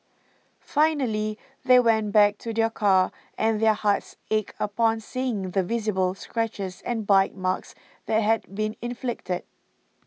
finally they went back to their car and their hearts ached upon seeing the visible scratches and bite marks that had been inflicted